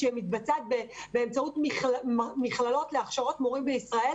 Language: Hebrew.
שמתבצעת באמצעות מכללות להכשרות מורים בישראל,